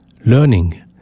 learning